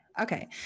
Okay